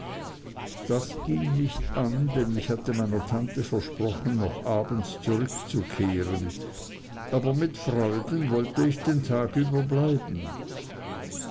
das ging nicht an denn ich hatte meiner tante versprochen noch abends zurückzukehren aber mit freuden wollte ich den tag über da bleiben